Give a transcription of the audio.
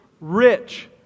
rich